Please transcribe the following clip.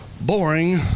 Boring